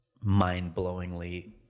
mind-blowingly